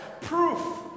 proof